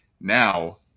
Now